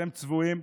אתם צבועים,